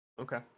Okay